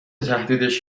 تهدیدش